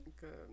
Good